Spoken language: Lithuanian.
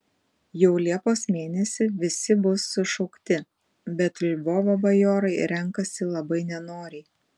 jau liepos mėnesį visi bus sušaukti bet lvovo bajorai renkasi labai nenoriai